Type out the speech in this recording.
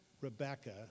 Rebecca